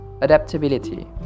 Adaptability